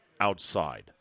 outside